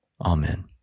Amen